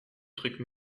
truc